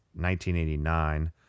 1989